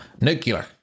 nuclear